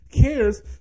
cares